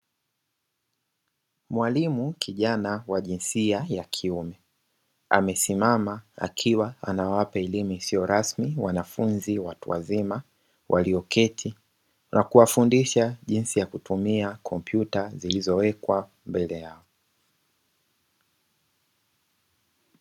Mwalimu kijana wa jinsia ya kiume amesimama akiwapa elimu isiyo rasmi wanafunzi watu wazima, walioketi na kuwafundisha jinsi ya kutumia kompyuta zilizowekwa mbele yao.